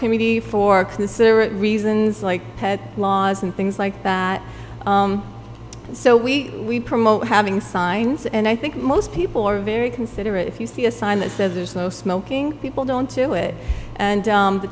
community for considerate reasons like laws and things like that so we promote having signs and i think most people are very considerate if you see a sign that says there's no smoking people don't to it and